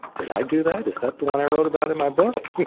did i do that? is that the one i wrote about in my book?